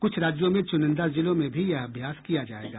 कुछ राज्यों में च्रनिंदा जिलों में भी यह अभ्यास किया जाएगा